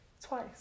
Twice